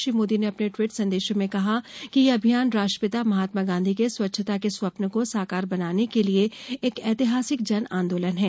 श्री मोदी ने अपने ट्वीट में कहा कि यह अभियान राष्ट्रपिता महात्मा गॉधी के स्वच्छता के स्वप्न को साकार बनाने के लिए एक ऐतिहासिक जन आंदोलन है